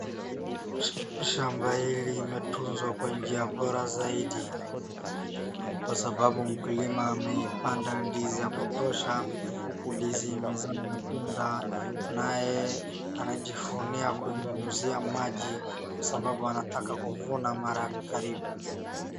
Shamba hili limetunzwa kwa njia bora zaidi, kwa sababu mkulima ameipanda ndizi ya kutosha, ndizi imezaa matunda, naye anajivunia kunyunyuzia maji kwa sababu anataka kuvuna mara karibu..